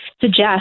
suggest